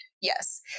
Yes